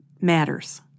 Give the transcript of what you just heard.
matters